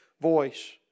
voice